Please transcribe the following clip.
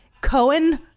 Cohen